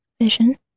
vision